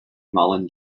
mullen